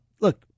Look